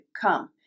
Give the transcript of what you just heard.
come